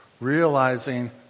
Realizing